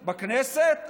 בכנסת,